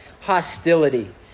hostility